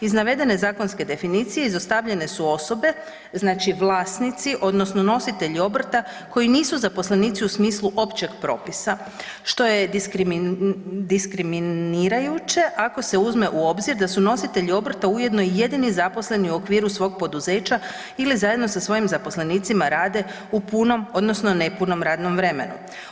Iz navedene zakonske definicije izostavljene su osobe, znači vlasnici odnosno nositelji obrta koji nisu zaposlenici u smislu općeg propisa što je diskriminirajuće ako se uzme u obzir da su nositelji obrta ujedno i jedini zaposleni u okviru svog poduzeća ili zajedno sa svojim zaposlenicima rade u punom odnosno nepunom radnom vremenu.